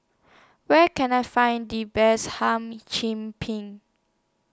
Where Can I Find The Best Hum Chim Peng